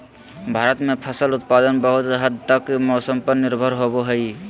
भारत में फसल उत्पादन बहुत हद तक मौसम पर निर्भर होबो हइ